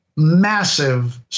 massive